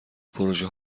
پروژه